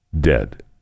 dead